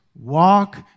walk